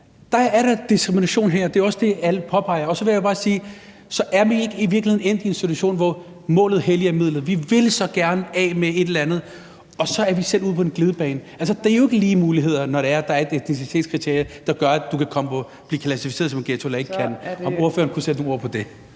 Der er da diskrimination der, og det er jo også det, alle påpeger. Og så vil jeg bare spørge, om vi så ikke i virkeligheden er endt i en situation, hvor målet helliger midlet. Vi vil så gerne af med et eller andet, og så er vi selv ude på en glidebane. Altså, der er jo ikke lige muligheder, når det er, at der er et etnicitetskriterie, der gør, at du kan blive klassificeret som en ghetto eller ikke en ghetto. Kunne ordføreren sætte nogle ord på det?